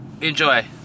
Enjoy